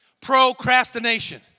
Procrastination